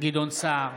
גדעון סער,